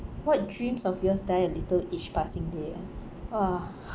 what dreams of yours die a little each passing day ah !whoa!